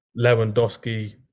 Lewandowski